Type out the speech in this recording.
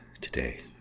today